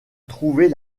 trouver